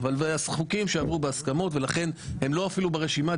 אבל אלה חוקים שעברו בהסכמות ולכן הם אפילו לא ברשימה.